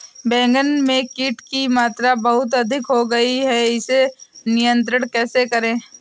बैगन में कीट की मात्रा बहुत अधिक हो गई है इसे नियंत्रण कैसे करें?